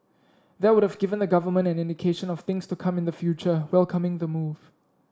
that would've given the Government an indication of things to come in the future welcoming the move